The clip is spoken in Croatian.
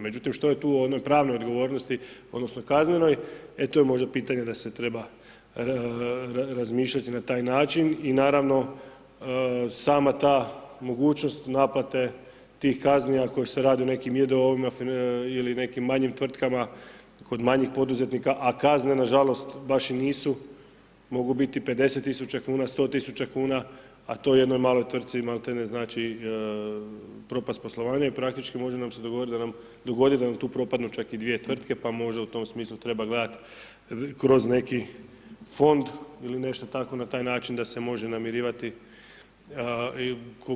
Međutim, što je tu u onoj pravnoj odgovornosti odnosno kaznenoj, e, tu je možda pitanje da se treba razmišljati na taj način i naravno, sama ta mogućnost naplate tih kazni ako se radi o nekim j.d.o.o.-ima ili nekim manjim tvtkama kod manjih poduzetnika, a kazne baš, nažalost, baš i nisu, mogu biti 50.000,00 kn, 100.000,00 kn, a to jednoj maloj tvrtci malte ne znači propast poslovanja i praktički može nam se dogoditi da nam tu propadnu čak i dvije tvrtke, pa možda u tome smislu treba gledati kroz neki fond ili nešto tako na taj način da se može namirivati,